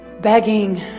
Begging